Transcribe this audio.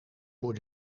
voor